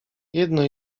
jedno